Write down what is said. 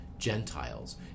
Gentiles